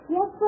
Yes